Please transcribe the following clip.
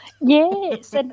Yes